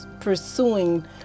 pursuing